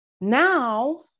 Now